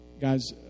Guys